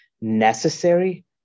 necessary